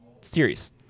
series